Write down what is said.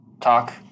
talk